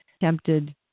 tempted